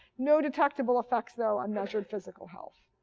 no detectable effects, though, on measured physical health.